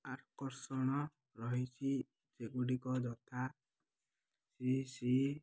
ଆକର୍ଷଣ ରହିଛି ସେଗୁଡ଼ିକ ଯଥା ଶ୍ରୀ ଶ୍ରୀ